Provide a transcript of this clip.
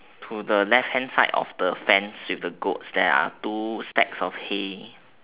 to the left hand side of the fence with the goats there are two stacks of hay